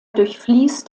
durchfließt